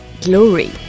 glory